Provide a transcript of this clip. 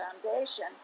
foundation